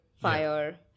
fire